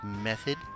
method